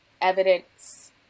evidence